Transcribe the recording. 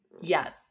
Yes